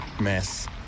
mess